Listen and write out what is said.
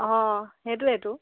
অ সেইটোৱেইতো